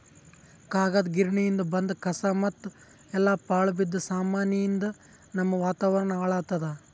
ಕಾಗದ್ ಗಿರಣಿಯಿಂದ್ ಬಂದ್ ಕಸಾ ಮತ್ತ್ ಎಲ್ಲಾ ಪಾಳ್ ಬಿದ್ದ ಸಾಮಾನಿಯಿಂದ್ ನಮ್ಮ್ ವಾತಾವರಣ್ ಹಾಳ್ ಆತ್ತದ